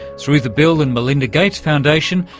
through the bill and melinda gates foundation,